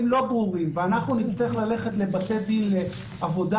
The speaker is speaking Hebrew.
לא ברורים ואנחנו נצטרך ללכת לבתי דין לעבודה,